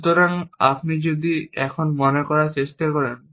সুতরাং আপনি যদি এখন মনে করার চেষ্টা করেন